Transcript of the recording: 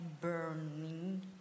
burning